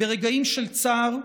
ברגעים של צער,